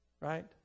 Right